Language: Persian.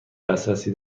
دسترسی